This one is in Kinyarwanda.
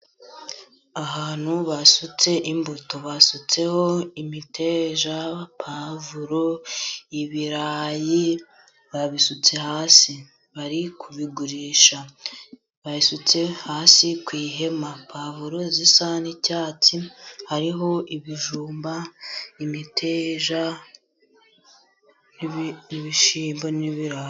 Ahantu basutse imbuto. Basutseho imiteja, pwavuro, ibirayi, babisutse hasi bari kubigurisha. Basutse hasi ku ihema. Pwavuro zisa n'icyatsi, hariho ibijumba, imiteja, ibishyimbo n'ibirayi.